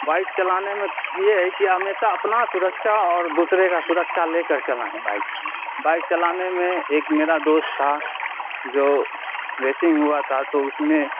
bike چلانے میں یہ ہے کہ ہمیسہ اپنا سرکچھا اور دوسرے کا سرکچھا لے کر چلائیں بائک بائک چلانے میں ایک میرا دوست تھا جو ریسنگ ہوا تھا تو اس میں